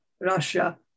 Russia